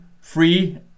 free